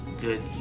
good